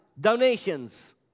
donations